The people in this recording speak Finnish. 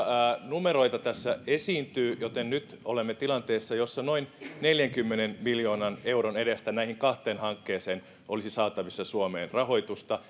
numeroita tässä esiintyy joten nyt olemme tilanteessa jossa noin neljänkymmenen miljoonan euron edestä näihin kahteen hankkeeseen olisi saatavissa suomeen rahoitusta